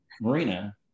marina